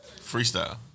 Freestyle